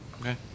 Okay